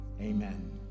Amen